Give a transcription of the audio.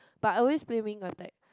but I always play wing attack